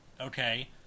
okay